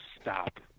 stop